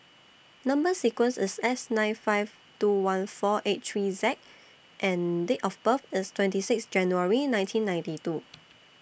Number sequence IS S nine five two one four eight three Z and Date of birth IS twenty six January nineteen ninety two